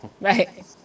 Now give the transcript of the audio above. Right